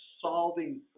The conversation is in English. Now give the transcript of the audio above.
solving